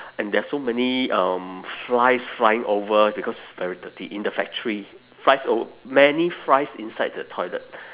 and there are so many um flies flying over because it's very dirty in the factory flies ov~ many flies inside the toilet